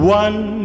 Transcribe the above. one